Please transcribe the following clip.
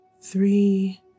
three